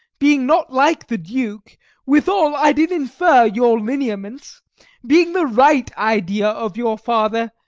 being not like the duke withal i did infer your lineaments being the right idea of your father,